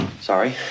sorry